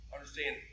Understand